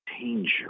danger